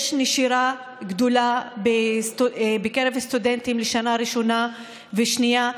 יש נשירה גדולה בקרב הסטודנטים בשנה הראשונה והשנייה,